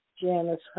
Janice